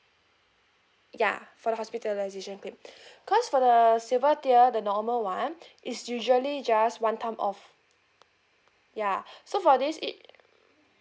ya for the hospitalization claim cause for the silver tier the normal one is usually just one time off ya so for this it